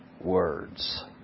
words